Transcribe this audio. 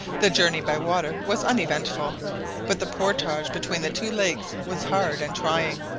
the journey by water was uneventful but the portage between the two lakes was hard and trying.